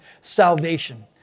salvation